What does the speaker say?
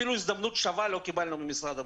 אפילו הזדמנות שווה לא קיבלנו ממשרד הבריאות.